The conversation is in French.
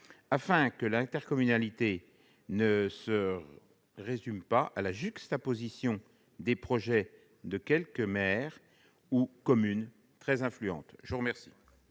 afin que l'intercommunalité ne se résume pas à la juxtaposition des projets de quelques maires ou communes très influents. Quel